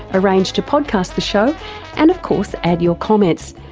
arrange to podcast the show and of course add your comments.